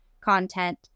content